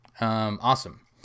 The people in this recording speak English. Awesome